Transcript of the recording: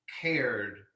cared